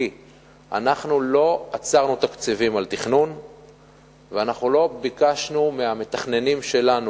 כי אנחנו לא עצרנו תקציבים לתכנון ואנחנו לא ביקשנו מהמתכננים שלנו,